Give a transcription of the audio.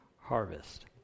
harvest